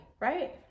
right